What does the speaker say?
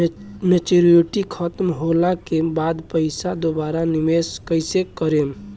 Maturity खतम होला के बाद पईसा दोबारा निवेश कइसे करेम?